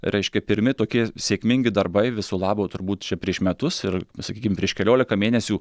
reiškia pirmi tokie sėkmingi darbai viso labo turbūt čia prieš metus ir sakykim prieš keliolika mėnesių